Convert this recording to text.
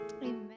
Amen